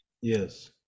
Yes